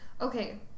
okay